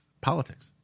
politics